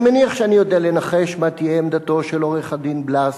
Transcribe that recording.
אני מניח שאני יודע לנחש מה תהיה עמדתו של עורך-הדין בלס,